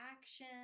action